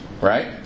Right